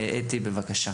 אתי, בבקשה.